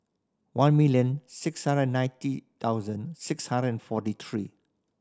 one million six hundred ninety thousand six hundred and forty three